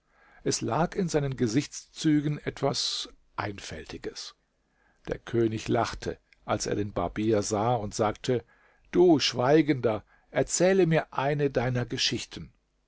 es lag in seinen gesichtszügen etwas einfältiges der könig lachte als er den barbier sah und sagte du schweigender erzähle mir eine deiner geschichten